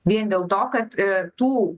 vien dėl to kad a tų